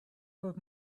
was